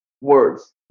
words